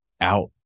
out